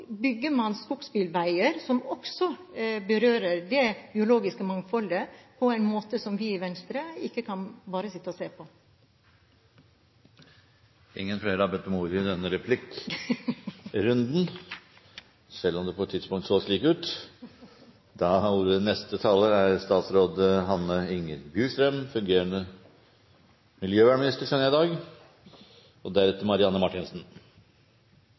bygger man skogsbilveier som også berører det biologiske mangfoldet på en måte som vi i Venstre ikke bare kan sitte og se på. Replikkordskiftet er over. Regjeringen fører videre sin sterke miljøsatsing i